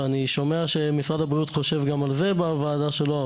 ואני שומע שמשרד הבריאות חושב גם על זה בוועדה שלו,